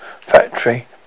factory